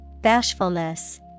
Bashfulness